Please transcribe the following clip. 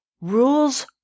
Rules